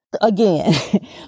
Again